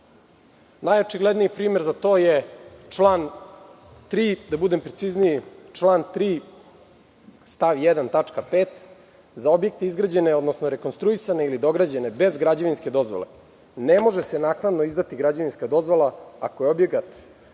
otežavate. Najočigledniji primer za to je da član 3, da budem precizniji, član 3. stav 1. tačka 5. za objekte izgrađene, odnosno rekonstruisane ili dograđene bez građevinske dozvole. Ne može se naknadno izdati građevinska dozvola ako je objekat